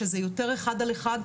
שזה יותר אחד על אחד,